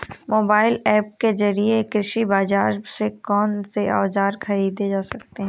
Mobile app के जरिए कृषि बाजार से कौन से औजार ख़रीदे जा सकते हैं?